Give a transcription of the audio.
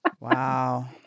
Wow